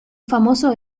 famoso